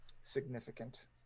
significant